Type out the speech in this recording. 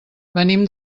venim